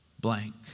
blank